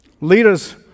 Leaders